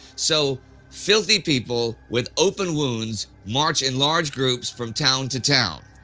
so filthy people with open wounds march in large groups from town to town,